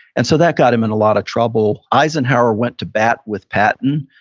and so that got him in a lot of trouble. eisenhower went to bat with patton.